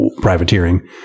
privateering